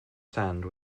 sand